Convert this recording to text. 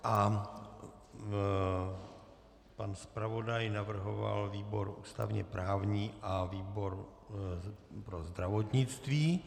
A pan zpravodaj navrhoval výbor ústavněprávní a výbor pro zdravotnictví.